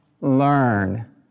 learn